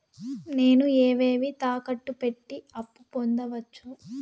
నేను ఏవేవి తాకట్టు పెట్టి అప్పు పొందవచ్చు?